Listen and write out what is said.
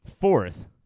fourth